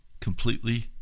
completely